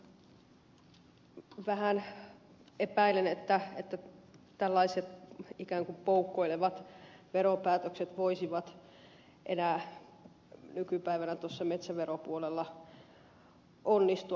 vähän epäilen että tällaiset ikään kuin poukkoilevat veropäätökset voisivat enää nykypäivänä tuossa metsäveropuolella onnistua